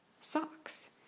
Socks